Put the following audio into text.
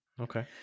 Okay